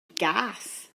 gath